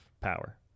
power